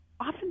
often